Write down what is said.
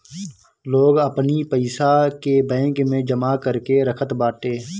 लोग अपनी पईसा के बैंक में जमा करके रखत बाटे